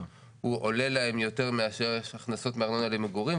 הוא עולה להם יותר מאשר יש הכנסות מארנונה למגורים.